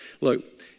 Look